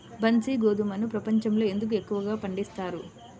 బన్సీ గోధుమను ప్రపంచంలో ఎందుకు ఎక్కువగా పండిస్తారు?